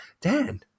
Dan